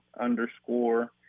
underscore